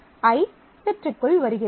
I செட்டுக்குள் வருகிறது